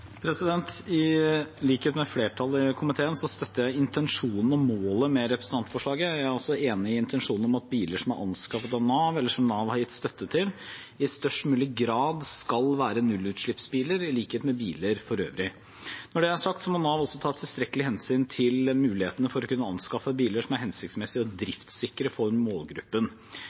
I likhet med flertallet i komiteen støtter jeg intensjonen og målet med representantforslaget. Jeg er altså enig i intensjonen om at biler som er anskaffet av Nav, eller som Nav har gitt støtte til, i størst mulig grad skal være nullutslippsbiler i likhet med biler for øvrig. Når det er sagt: Nav må også ta tilstrekkelig hensyn til mulighetene for å kunne anskaffe biler som er hensiktsmessige og driftssikre for målgruppen.